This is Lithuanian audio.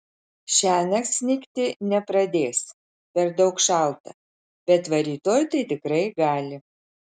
šiąnakt snigti nepradės per daug šalta bet va rytoj tai tikrai gali